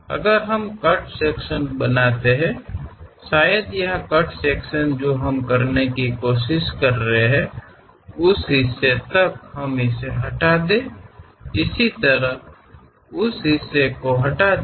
अगर हम cut section बनाते हैं शायद यहाँ कट सेक्शन जो हम करने की कोशिश कर रहे हैं उस हिस्से तक हम इसे हटा दें इसी तरह उस हिस्से को हटा दें